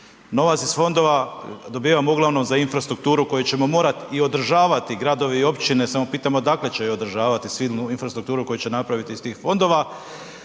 Novac iz fondova dobivamo uglavnom za infrastrukturu koju ćemo morati i održavati, gradovi i općine, samo pitamo odakle će ju održavati tu silnu infrastrukturu koju će napraviti iz tih fondova.